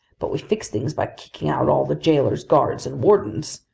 but we fix things by kicking out all the jailers, guards, and wardens,